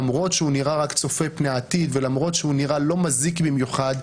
למרות שהוא נראה רק צופה פני עתיד ולמרות שהוא נראה לא מזיק במיוחד,